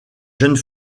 jeune